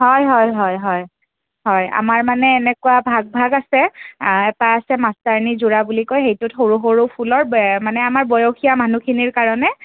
হয় হয় হয় হয় হয় আমাৰ মানে এনেকুৱা ভাগ ভাগ আছে এটা আছে মাষ্টাৰণী যোৰা বুলি কয় সেইটোত সৰু সৰু ফুলৰ মানে আমাৰ বয়সীয়াল মানুহখিনিৰ কাৰণে